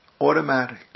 automatic